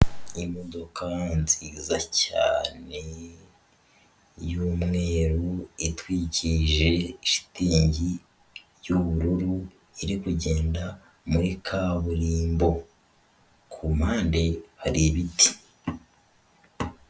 Imodoka nziza cyane y'umweru itwikije shitingi y'ubururu, iri kugenda muri kaburimbo, ku mpande hari ibiti.